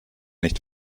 nicht